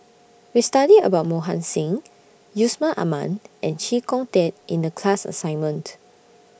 We studied about Mohan Singh Yusman Aman and Chee Kong Tet in The class assignment